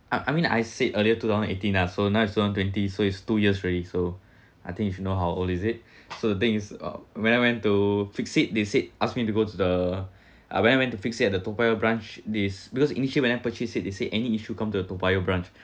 uh I mean I said earlier two thousand eighteen ah so now is two thousand twenty so it's two years already so I think if you know how old is it so the thing is uh when I went to fix it they say asked me to go to the uh when I went to fix it at the toa payoh branch this because initially when I purchased it they say any issue come to the toa payoh branch